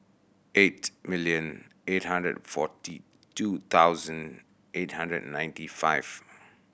eight million eight hundred and forty two thousand eight hundred and ninety five